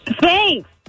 Thanks